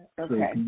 Okay